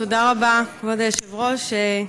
תודה רבה, כבוד היושב-ראש.